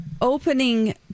opening